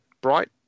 bright